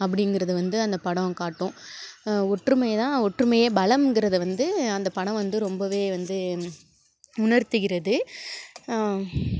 அப்படிங்கிறத வந்து அந்த படம் காட்டும் ஒற்றுமையை தான் ஒற்றுமையே பலம்ங்கறதை வந்து அந்த படம் வந்து ரொம்பவே வந்து உணர்த்திகிறது